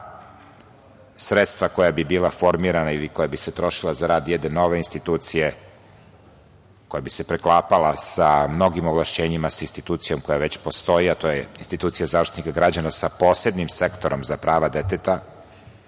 sredstva koja bi bila formirana ili koja bi se trošila za rad jedne nove institucije koja bi se preklapala sa mnogim ovlašćenjima sa institucijom koja već postoji, a to je institucija za Zaštitnika građana sa posebnim sektorom za prava deteta